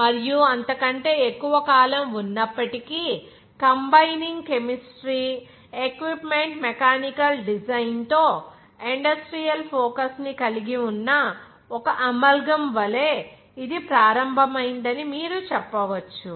మరియు అంతకంటే ఎక్కువ కాలం ఉన్నప్పటికీ combining chemistry equipment mechanical design తో ఇండస్ట్రియల్ ఫోకస్ ని కలిగి ఉన్న ఒక అమాల్గమ్ వలె ఇది ప్రారంభమైందని మీరు చెప్పవచ్చు